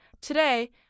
Today